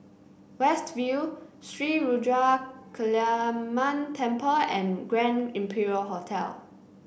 West View Sri Ruthra Kaliamman Temple and Grand Imperial Hotel